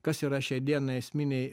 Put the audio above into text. kas yra šiai dienai esminiai